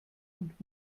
und